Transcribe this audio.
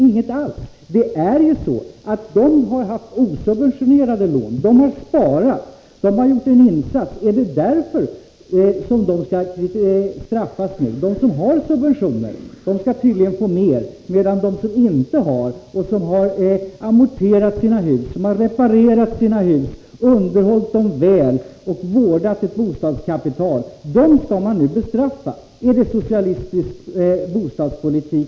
Ingenting alls! Dessa människor har haft osubventionerade lån, de har sparat och gjort en insats. Är det därför som de skall straffas? De som har subventionerade lån skall tydligen få ännu mera, medan de som inte har haft det och som amorterat sina bostadslån, reparerat sina hus, underhållit dem väl och vårdat ett bostadskapital skall bestraffas. Är det socialistisk bostadspolitik?